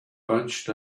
bunched